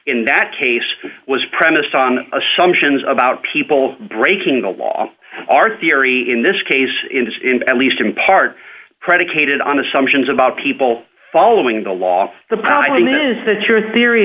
in that case was premised on assumptions about people breaking the law our theory in this case at least in part predicated on assumptions about people following the law the power line is that your theory